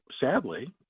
sadly